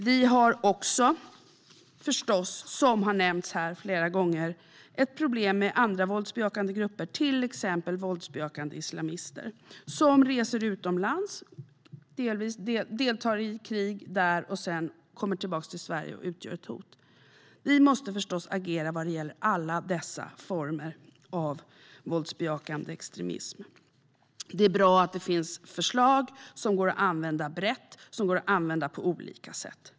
Vi har också förstås, som har nämnts här flera gånger, ett problem med andra våldsbejakande grupper, till exempel våldsbejakande islamister som reser utomlands, deltar i krig och sedan kommer tillbaka till Sverige och utgör ett hot. Vi måste förstås agera vad gäller alla former av våldsbejakande extremism. Det är bra att det finns förslag som går att använda brett och på olika sätt.